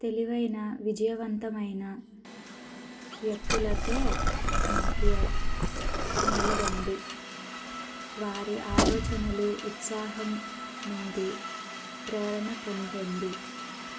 తెలివైన విజయవంతమైన వ్యక్తులతో మధ్య మేళగండి వారి ఆలోచనలు ఉత్సాహం నుండి ప్రేరణ పొందండి